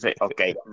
okay